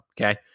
Okay